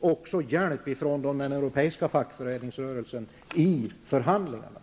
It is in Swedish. också ha hjälp från den europeiska fackföreningsrörelsen i förhandlingarna.